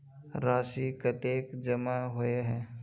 राशि कतेक जमा होय है?